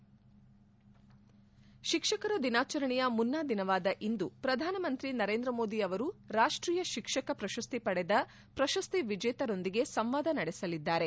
head ಶಿಕ್ಷಕರ ದಿನಾಚರಣೆಯ ಮುನ್ನಾ ದಿನವಾದ ಇಂದು ಪ್ರಧಾನಮಂತ್ರಿ ನರೇಂದ್ರ ಮೋದಿ ಅವರು ರಾಷ್ಷೀಯ ಶಿಕ್ಷಕ ಪ್ರಶಸ್ತಿ ಪಡೆದ ಪ್ರಶಸ್ತಿ ವಿಜೇತರೊಂದಿಗೆ ಸಂವಾದ ನಡೆಸಲಿದ್ದಾರೆ